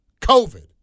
COVID